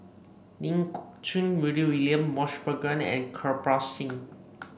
Ling Geok Choon Rudy William Mosbergen and Kirpal Singh